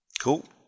cool